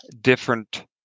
different